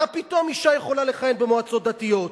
מה פתאום אשה יכולה לכהן במועצות דתיות?